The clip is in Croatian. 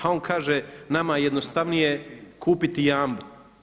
A on kaže nama je jednostavnije kupiti Jambu.